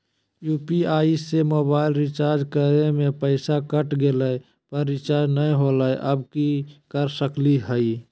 UPI से mobile recharge करे में पैसा कट गेलई, पर रिचार्ज नई होलई, अब की कर सकली हई?